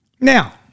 Now